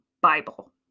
Bible